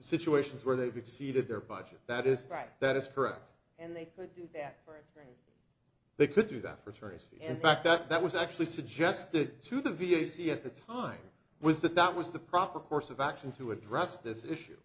situations where they've exceeded their budget that is right that is correct and they could do that right they could do that for tracy in fact that was actually suggested to the v a c at the time was that that was the proper course of action to address this issue